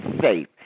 safe